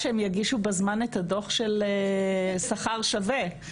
שהם יגישו בזמן את הדוח של שכר שווה.